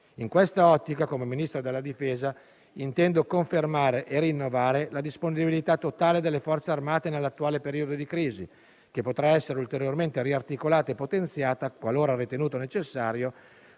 In quest'ottica, come Ministro della difesa intendo confermare e rinnovare la disponibilità totale delle Forze armate nell'attuale periodo di crisi, che potrà essere ulteriormente riarticolata e potenziata, qualora ritenuto necessario,